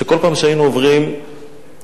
שכל פעם שהיינו עוברים ליד